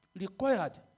required